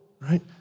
right